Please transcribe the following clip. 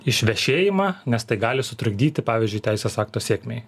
išvešėjimą nes tai gali sutrukdyti pavyzdžiui teisės akto sėkmei